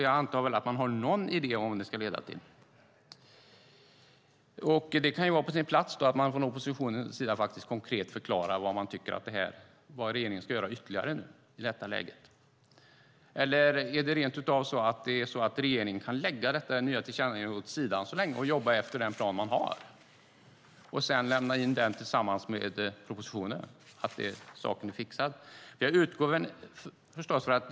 Jag antar att man har någon idé om vad det ska leda till. Det kan vara på sin plats att man från oppositionens sida konkret förklarar vad man tycker att regeringen ska göra ytterligare i detta läge. Eller är det rent av så att regeringen nu kan lägga detta nya tillkännagivande åt sidan så länge, jobba efter den plan man har och sedan lämna in den tillsammans med propositionen, och så är saken fixad?